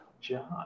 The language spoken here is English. John